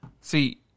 See